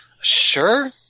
sure